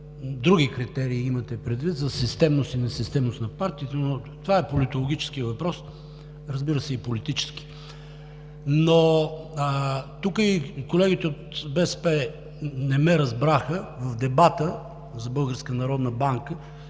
други критерии имате предвид за системност и несистемност на партиите? Това е политологически въпрос, разбира се, и политически. Тук и колегите от БСП не ме разбраха в дебата за